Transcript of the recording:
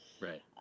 Right